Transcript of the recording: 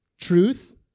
truth